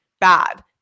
bad